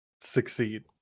succeed